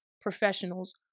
professionals